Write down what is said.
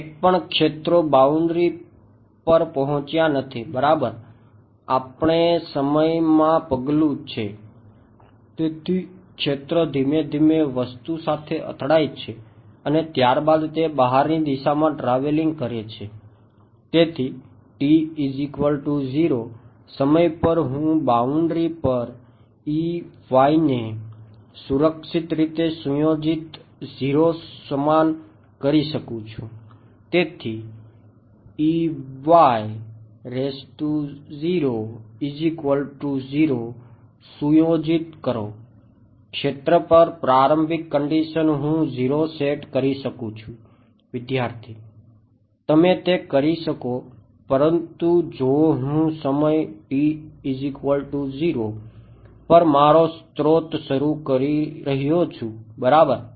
એકપણ ક્ષેત્રો બાઉન્ડ્રી પર ને સુરક્ષિત રીતે સુયોજિત 0 સમાન કરી શકું છું તેથી સુયોજિત કરો ક્ષેત્ર પર પ્રારંભિક હું 0 સેટ કરી શકું છું વિદ્યાર્થી તમે તે કરી શકો પરંતુ જો હું સમય t0 પર મારો સ્રોત શરુ કરી રહ્યો છું બરાબર